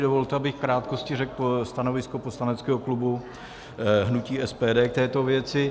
Dovolte, abych v krátkosti řekl stanovisko poslaneckého klubu hnutí SPD k této věci.